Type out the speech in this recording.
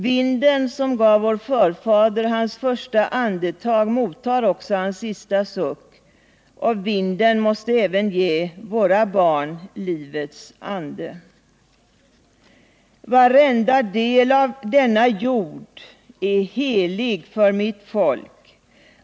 Vinden som gav vår förfader hans första andetag mottar också hans sista suck. Och vinden måste även ge våra barn livets ande. Varenda del av denna jord är helig för mitt folk.